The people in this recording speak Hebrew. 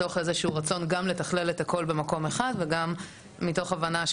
גם מתוך איזה שהוא רצון לתכלל את הכול במקום אחד וגם מתוך הבנה,